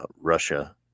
Russia